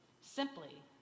simply